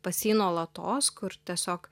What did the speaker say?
pas jį nuolatos kur tiesiog